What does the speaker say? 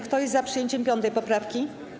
Kto jest za przyjęciem 5. poprawki?